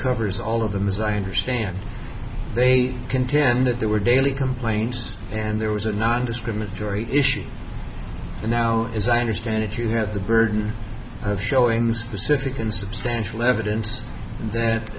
covers all of them as i understand they contend that there were daily complaints and there was a nondiscriminatory issue and now as i understand it you have the burden of showing the specific and substantial evidence